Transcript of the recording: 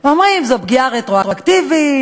אומרים: זו פגיעה רטרואקטיבית,